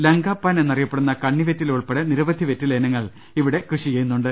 ലങ്ക പാൻ എന്നറിയപ്പെടുന്ന കണ്ണി വെറ്റില ഉൾപ്പെടെ നിരവധി വെറ്റില ഇനങ്ങൾ ഇവിടെ കൃഷി ചെയ്യുന്നുണ്ട്